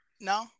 No